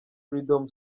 freedom